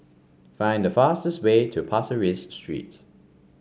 find the fastest way to Pasir Ris Street